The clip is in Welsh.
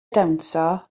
dawnsio